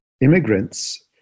immigrants